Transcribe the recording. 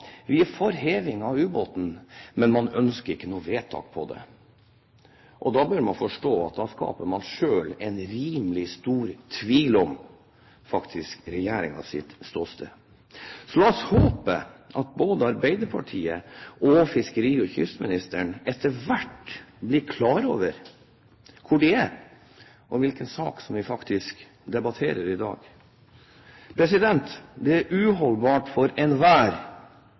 vi får heving av ubåten, men man ønsker ikke noe vedtak på det. Da bør man forstå at man skaper en rimelig stor tvil om regjeringens faktiske ståsted. La oss håpe at både Arbeiderpartiet og fiskeri- og kystministeren etter hvert blir klar over hvor de er, og hvilken sak som vi faktisk debatterer i dag. Det er uholdbart for enhver